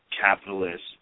capitalist